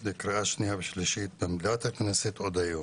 אותה לקריאה שנייה ושלישית במליאת הכנסת עוד היום.